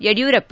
Yediyurappa